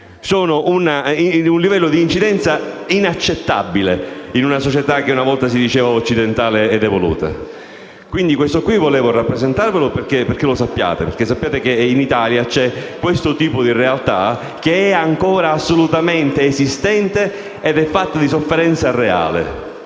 sono un livello di incidenza inaccettabile in una società che una volta si definiva occidentale ed evoluta. Questo volevo rappresentarvi, affinché sappiate che in Italia abbiamo questo tipo di realtà, che è ancora assolutamente esistente ed è fatta di sofferenza reale